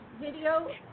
video